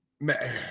man